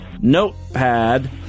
Notepad